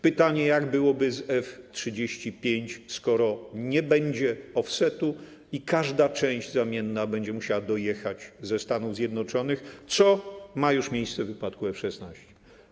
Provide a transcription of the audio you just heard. Pytanie, jak byłoby z F-35, skoro nie będzie offsetu i każda część zamienna będzie musiała dojechać ze Stanów Zjednoczonych, co ma już miejsce w wypadku F-16.